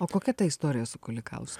o kokia ta istorija su kulikausku